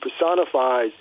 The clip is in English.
personifies